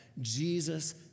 Jesus